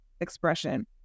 expression